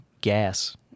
gas